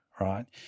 right